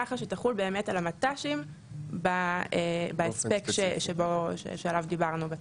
כך שתחול על המט"שים בהספק שעליו דיברנו בתוספת.